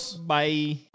Bye